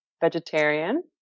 vegetarian